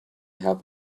have